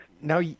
now